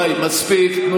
רבותיי, מספיק.